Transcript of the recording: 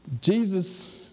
Jesus